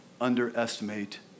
underestimate